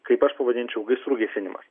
kaip aš pavadinčiau gaisrų gesinimas